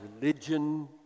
religion